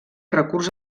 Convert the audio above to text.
recurs